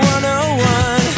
101